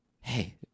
hey